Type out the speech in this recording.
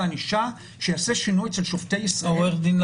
2021 היה איזה שהוא שיפור -- אתה יודע להגיד כמה תיקים היו